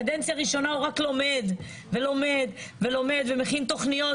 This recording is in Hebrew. קדנציה ראשונה הוא רק לומד ולומד ולומד ומכין תוכניות,